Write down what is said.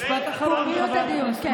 זו הצעת החוק הראשונה, עוד, פומביות הדיון, כן.